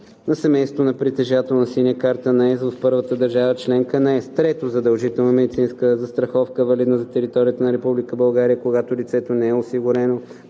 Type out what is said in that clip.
на семейството на притежател на „Синя карта на ЕС“ в първата държава – членка на ЕС; 3. задължителна медицинска застраховка, валидна за територията на Република България, когато лицето не е осигурено